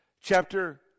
Chapter